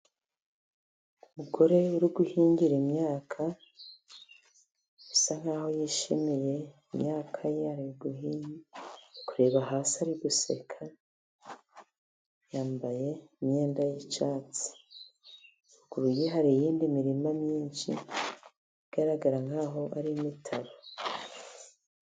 Umugore uri guhingira imyaka, bisa nk'aho yishimiye imyaka ye, ari kureba hasi ari guseka. Yambaye imyenda y'icyatsi, ruguru ye hari iyindi mirima myinshi igaragara nk'aho ari imitabo.